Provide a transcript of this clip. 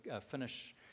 finish